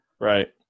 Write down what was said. Right